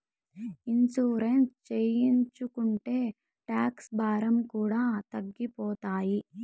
insurance చేయించుకుంటే tax భారం కూడా తగ్గిపోతాయి